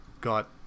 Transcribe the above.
got